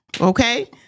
Okay